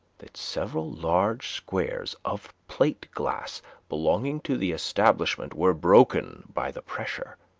that several large squares of plate glass belonging to the establishment were broken by the pressure